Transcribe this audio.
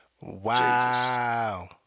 Wow